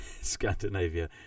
Scandinavia